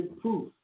proof